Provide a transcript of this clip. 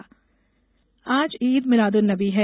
ईद आज ईद मिलाद उन नबी है